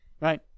right